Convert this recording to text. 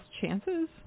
chances